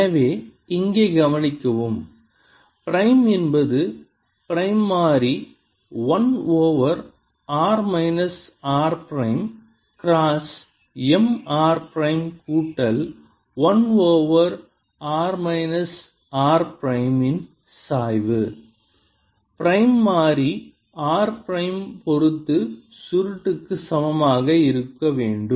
எனவே இங்கே கவனிக்கவும் பிரைம் என்பது பிரைம் மாறி 1 over r minus r prime cross M r prime கூட்டல் 1 over r minus r prime இன் சாய்வு பிரைம் மாறி r பிரைம் பொறுத்து சுருட்டு க்கு சமமாக இருக்க வேண்டும்